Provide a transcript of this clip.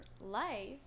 life